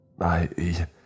I